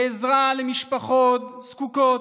בעזרה למשפחות זקוקות.